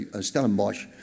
Stellenbosch